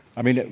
i mean,